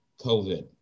COVID